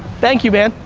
thank you. and